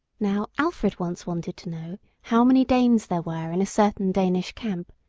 now alfred once wanted to know how many danes there were in a certain danish camp,